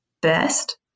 best